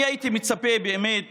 אני הייתי מצפה באמת